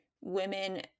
women